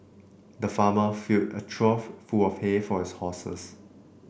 the farmer filled a trough full of hay for his horses